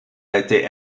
été